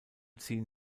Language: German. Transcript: ziehen